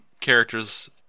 characters